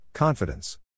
Confidence